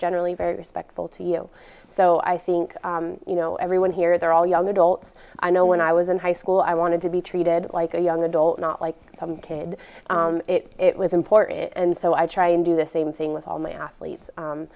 generally very respectful to you so i think you know everyone here they're all young adults i know when i was in high school i wanted to be treated like a young adult not like a kid it was important and so i try and do the same thing with all my athletes